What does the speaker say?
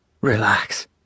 Relax